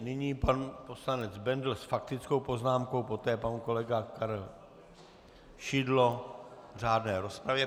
Nyní pan poslanec Bendl s faktickou poznámkou, poté pan kolega Karel Šidlo v řádné rozpravě.